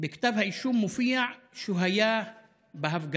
בכתב האישום מופיע שהוא היה בהפגנה;